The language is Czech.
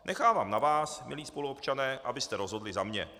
Nechávám na vás, milí spoluobčané, abyste rozhodli za mě.